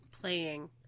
playing